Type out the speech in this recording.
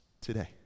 today